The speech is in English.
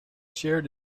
shared